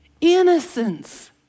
Innocence